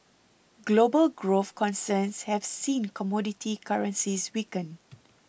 global growth concerns have seen commodity currencies weaken